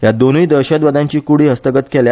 ह्या दोनुय दहशतवाद्यांची कुडी हस्तगत केल्या